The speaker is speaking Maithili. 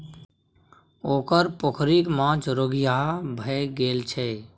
ओकर पोखरिक माछ रोगिहा भए गेल छै